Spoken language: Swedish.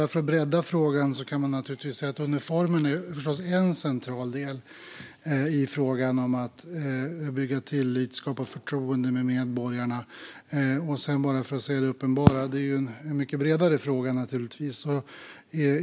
För att bredda frågan kan man säga att uniformen förstås är en central del när det gäller att bygga tillit och skapa förtroende hos medborgarna. Och för att säga det uppenbara: Det är naturligtvis en mycket bredare fråga.